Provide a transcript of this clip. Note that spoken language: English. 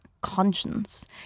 conscience